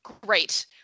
Great